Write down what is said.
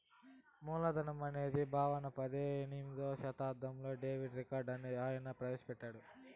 మూలధనం అనే భావన పద్దెనిమిదో శతాబ్దంలో డేవిడ్ రికార్డో అనే ఆయన ప్రవేశ పెట్టాడు